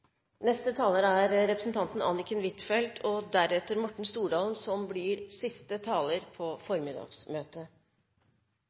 Neste og siste taler på formiddagsmøtet er representanten Morten Stordalen, som